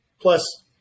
Plus